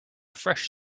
fresh